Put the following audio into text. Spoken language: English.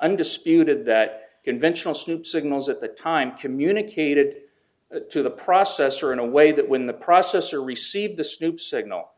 undisputed that conventional snoop signals at the time communicated it to the processor in a way that when the processor received the snoops signal